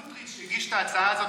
סמוטריץ' הגיש את ההצעה הזאת,